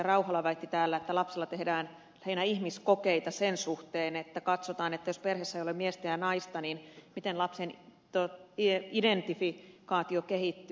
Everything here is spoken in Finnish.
rauhala väitti täällä että lapsella tehdään lähinnä ihmiskokeita sen suhteen että katsotaan että jos perheessä ei ole miestä ja naista miten lapsen identifikaatio kehittyy